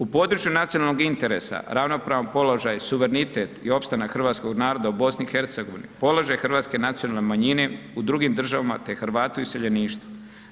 U području nacionalnog interesa ravnopravan položaj, suverenitet i opstanak hrvatskog naroda u BiH, položaj hrvatske nacionalne manjine u drugim državama te hrvati u iseljeništvu.